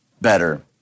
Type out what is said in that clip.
better